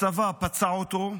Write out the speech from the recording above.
הצבא פצע אותו,